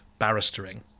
barristering